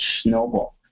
snowball